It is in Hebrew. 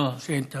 למה?